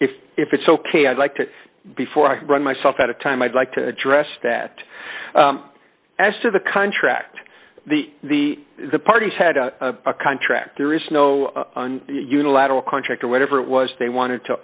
if if it's ok i'd like to before i run myself out of time i'd like to address that as to the contract the the the parties had a contract there is no unilateral contract or whatever it was they wanted to